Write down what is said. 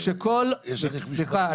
סליחה,